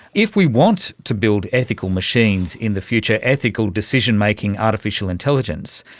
if we want to build ethical machines in the future, ethical decision-making artificial intelligence,